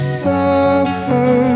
suffer